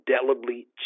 indelibly